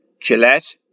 Gillette